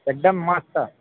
एकदम मस्त